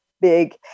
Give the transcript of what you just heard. big